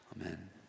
Amen